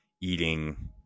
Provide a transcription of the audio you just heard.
eating